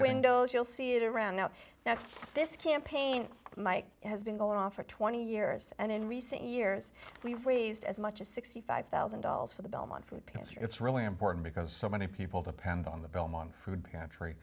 windows you'll see it around know that this campaign mike has been going on for twenty years and in recent years we've raised as much as sixty five thousand dollars for the belmont for pets or it's really important because so many people depend on the belmont food pantry